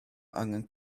angen